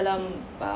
mm